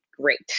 great